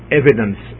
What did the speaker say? evidence